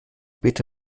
bitte